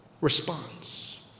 response